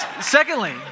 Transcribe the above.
Secondly